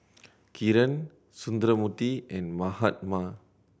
Kiran Sundramoorthy and Mahatma